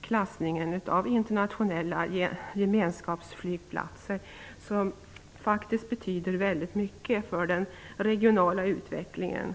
klassningen av internationella gemenskapsflygplatser, som faktiskt betyder mycket för den regionala utvecklingen.